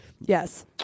Yes